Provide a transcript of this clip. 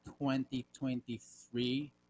2023